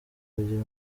kugira